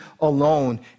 alone